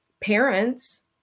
parents